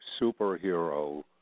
superhero